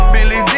Billy